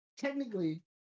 technically